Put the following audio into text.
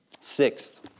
Sixth